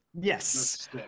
Yes